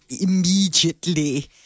immediately